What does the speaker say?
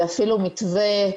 -- ואפילו מתווה,